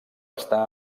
està